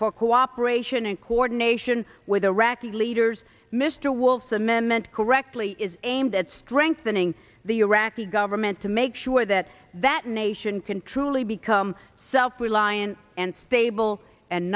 for cooperation and coordination with iraqi leaders mr wolfson amendment correctly is aimed at strengthening the iraqi government to make sure that that nation can truly become self reliant and stable and